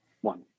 One